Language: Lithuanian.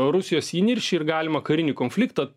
rusijos įniršį ir galimą karinį konfliktą